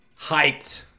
Hyped